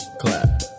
Clap